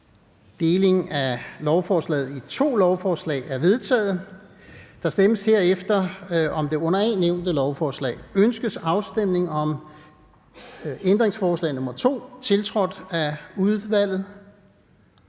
Delingen af lovforslaget i to lovforslag er vedtaget. Der stemmes herefter om det under A nævnte lovforslag. Ønskes afstemning om ændringsforslag nr. 2, tiltrådt af udvalget?